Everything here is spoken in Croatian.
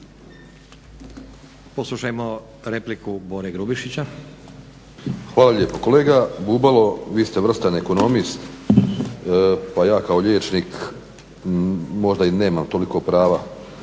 Poslušajmo repliku Bore Grubišića. **Grubišić, Boro (HDSSB)** Hvala lijepo. Kolega Bubalo, vi ste vrstan ekonomist pa ja kao liječnik možda i nemam toliko prava